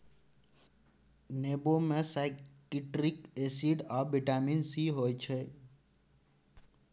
नेबो मे citric acid आ बिटामिन सी होइ छै